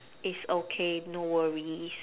it's okay no worries